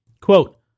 Quote